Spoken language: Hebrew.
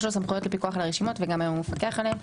יש לו סמכויות לפיקוח על הרשימות וגם היום הוא מפקח עליהן.